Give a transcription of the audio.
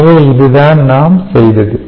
எனவே இதுதான் நாம் செய்தது